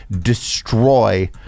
destroy